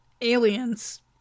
Aliens